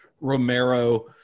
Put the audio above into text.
Romero